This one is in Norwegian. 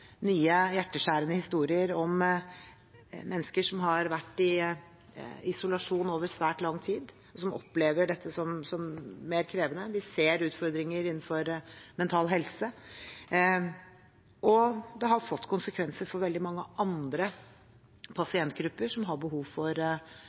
nye hjerteskjærende historier om mennesker som har vært i isolasjon over svært lang tid, og som opplever dette som mer krevende. Vi ser utfordringer innenfor mental helse. Det har også fått konsekvenser for veldig mange andre